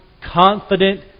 confident